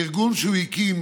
הארגון שהוא הקים